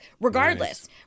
regardless